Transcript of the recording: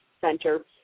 center